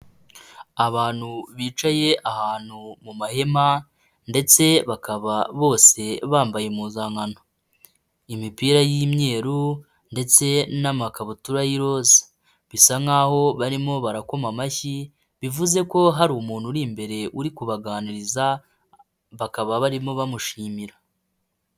Abantu bicaye ahantu mu mahema ndetse bakaba bose bambaye impuzankano. Imipira y'imyeru ndetse n'amakabutura y'iroza bisa nk'aho barimo barakoma amashyi, bivuze ko hari umuntu uri imbere uri kubaganiriza, bakaba barimo bamushimira.